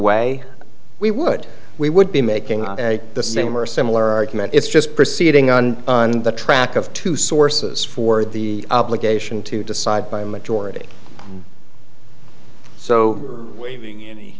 way we would we would be making the same or similar argument it's just proceeding on the track of two sources for the obligation to decide by majority so waiving any